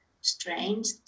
strange